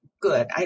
Good